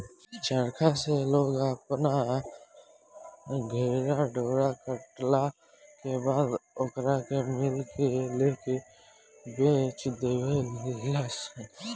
चरखा से लोग अपना घरे डोरा कटला के बाद ओकरा के मिल में लेके बेच देवे लनसन